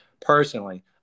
personally